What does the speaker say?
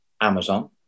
Amazon